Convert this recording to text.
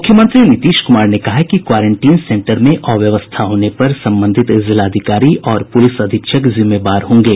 मुख्यमंत्री नीतीश कुमार ने कहा है कि क्वारेंटीन सेंटर में अव्यवस्था होने पर संबंधित जिलाधिकारी और पुलिस अधीक्षक जिम्मेवार होंगे